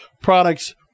products